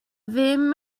ddim